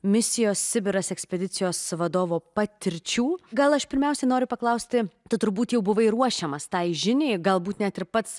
misijos sibiras ekspedicijos vadovo patirčių gal aš pirmiausiai noriu paklausti tu turbūt jau buvai ruošiamas tai žiniai galbūt net ir pats